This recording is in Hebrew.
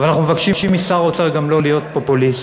אבל אנחנו מבקשים משר האוצר גם לא להיות פופוליסט.